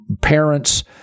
parents